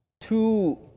two